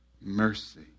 mercy